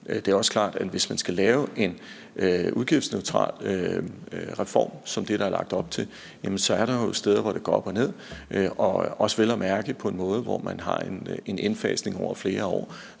det er også klart, at hvis man skal lave en udgiftsneutral reform som den, der er lagt op til, så er der jo steder, hvor det går op og ned, vel og mærke også på en måde, hvor man har en indfasning over flere år,